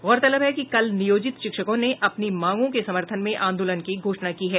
गौरतलब है कि कल नियोजित शिक्षकों ने अपनी मांगों के समर्थन में आंदोलन की घोषणा की है